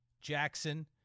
Jackson